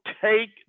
take